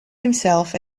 himself